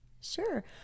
Sure